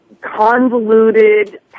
convoluted